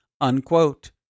unquote